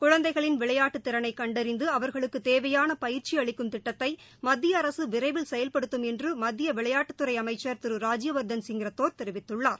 குழந்தைகளின் விளையாட்டு திறனை கண்டறிந்து அவர்களுக்கு தேவையான பயிற்சி அளிக்கும் திட்டத்தை மத்திய அரசு விரைவில் செயல்படுத்தம் என்று மத்திய விளையாட்டுத்துறை அமைச்சர் திரு ராஜ்யவர்தன் சிங் ரத்தோர் தெரிவித்துள்ளார்